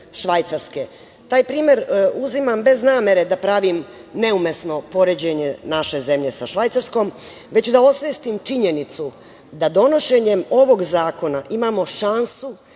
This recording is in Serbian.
Taj primer uzimam bez namere da pravim neumesno poređenje naše zemlje sa Švajcarkom, već da osvestim činjenicu da donošenjem ovog zakona imamo šansu da afirmišemo